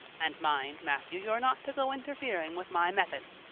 and mind, matthew, you're not to go interfering with my methods.